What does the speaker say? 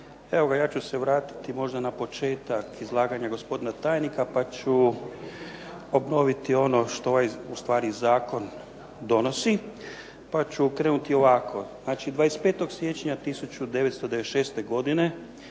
Evo ja ću se vratiti možda na početak izlaganja gospodina tajnika pa ću obnoviti ono što ovaj ustvari zakon donosi pa ću krenuti ovako. Znači 25. siječnja 1996. godine